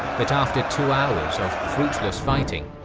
but after two hours of fruitless fighting,